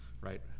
right